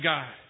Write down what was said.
God